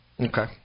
Okay